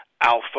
alpha